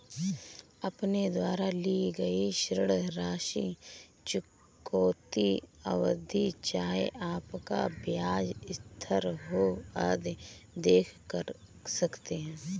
अपने द्वारा ली गई ऋण राशि, चुकौती अवधि, चाहे आपका ब्याज स्थिर हो, आदि देख सकते हैं